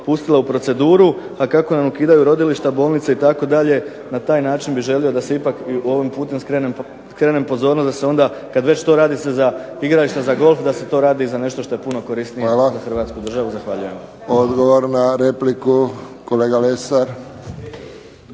Hvala. Odgovor na repliku, kolega Lesar.